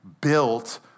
built